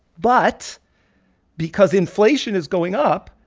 but because inflation is going up,